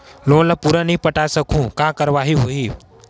Loan ला पूरा नई पटा सकहुं का कारवाही होही?